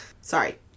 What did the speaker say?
Sorry